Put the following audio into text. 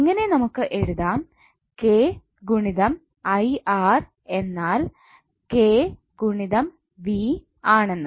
അങ്ങനെ നമുക്ക് എഴുതാം K I R എന്നാൽ K V ആണെന്ന്